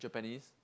japanese